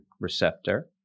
receptor